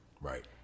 Right